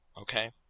Okay